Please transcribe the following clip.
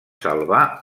salvar